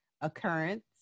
occurrence